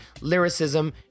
lyricism